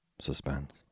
Suspense